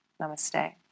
Namaste